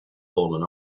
fallen